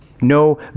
no